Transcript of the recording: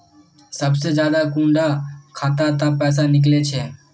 सबसे ज्यादा कुंडा खाता त पैसा निकले छे?